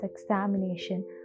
examination